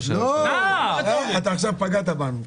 אתה עכשיו פגעת בנו.